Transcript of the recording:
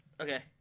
Okay